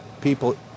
people